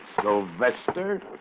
Sylvester